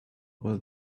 will